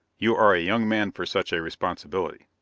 you are a young man for such a responsibility.